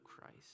Christ